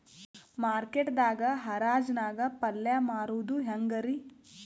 Market ದಾಗ್ ಹರಾಜ್ ನಾಗ್ ಪಲ್ಯ ಮಾರುದು ಹ್ಯಾಂಗ್ ರಿ?